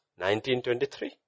1923